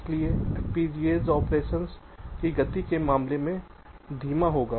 इसलिए FPGAs operation की गति के मामले में धीमा होगा